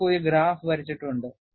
നിങ്ങൾക്ക് ഒരു ഗ്രാഫ് വരച്ചിട്ടുണ്ട്